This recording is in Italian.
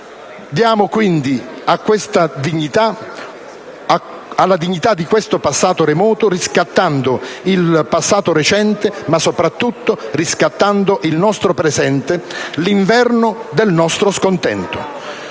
Diamo quindi dignità a questo passato remoto riscattando il passato recente e soprattutto il nostro presente, l'inverno del nostro scontento.